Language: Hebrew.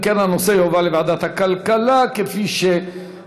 אם כן, הנושא יועבר לוועדת הכלכלה, כפי שהצענו.